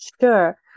Sure